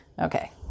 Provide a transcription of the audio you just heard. Okay